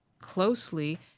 closely